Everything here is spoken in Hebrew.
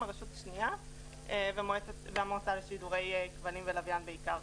הרשות השניה והמועצה לשידורי כבלים ולוויין בעיקר.